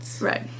right